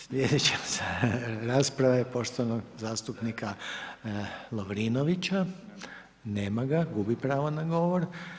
Sljedeća rasprava je poštovanog zastupnika Lovrinovića, nema ga, gubi pravo na govor.